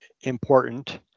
important